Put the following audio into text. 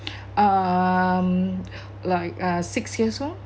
um like uh six years old